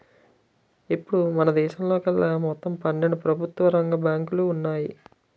ఇప్పుడు మనదేశంలోకెళ్ళి మొత్తం పన్నెండు ప్రభుత్వ రంగ బ్యాంకులు ఉన్నాయి